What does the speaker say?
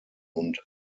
und